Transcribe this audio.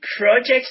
projects